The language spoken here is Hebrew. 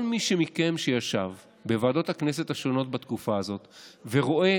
כל אחד מכם שישב בוועדות הכנסת השונות בתקופה הזאת ורואה